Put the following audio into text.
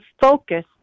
focus